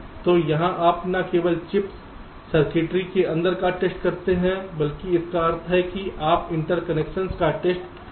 तो यहां आप न केवल चिप्स सर्किट्री के अंदर का टेस्ट करते हैं बल्कि इसका अर्थ है कि आप इंटरकनेक्शन्स का टेस्ट कर सकते हैं